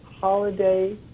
holiday